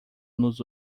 nos